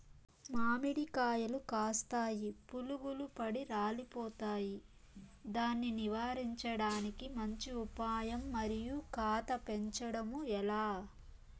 మామిడి కాయలు కాస్తాయి పులుగులు పడి రాలిపోతాయి దాన్ని నివారించడానికి మంచి ఉపాయం మరియు కాత పెంచడము ఏలా?